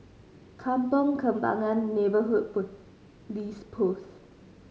Kampong Kembangan Neighbourhood Post